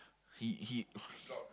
he he